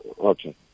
Okay